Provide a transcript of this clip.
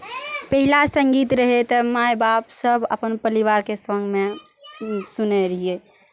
पहिला संगीत रहै तऽ माय बाप सब अपन पलिवारके संगमे सुनै रहियै